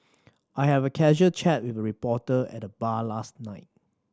I had a casual chat with a reporter at the bar last night